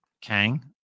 Kang